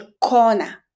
corner